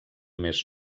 més